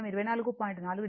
4 o volt